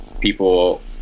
people